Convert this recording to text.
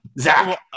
Zach